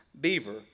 Beaver